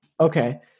Okay